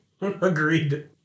Agreed